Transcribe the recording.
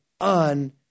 on